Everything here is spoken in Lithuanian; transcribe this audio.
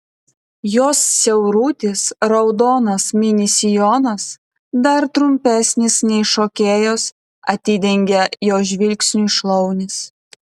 jos siaurutis raudonas mini sijonas dar trumpesnis nei šokėjos atidengia jo žvilgsniui šlaunis